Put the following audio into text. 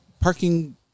parking